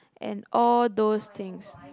and all those things